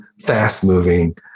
fast-moving